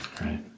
Right